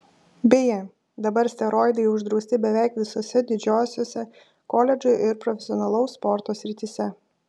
beje dabar steroidai uždrausti beveik visose didžiosiose koledžų ir profesionalaus sporto srityse